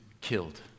killed